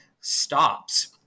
stops